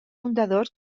fundadors